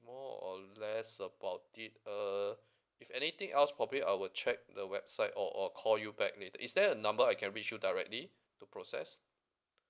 more or less about did uh if anything else probably I will check the website or or call you back later is there a number I can reach you directly to process